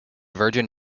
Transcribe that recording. virgin